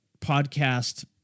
podcast